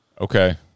okay